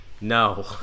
No